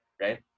Right